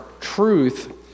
truth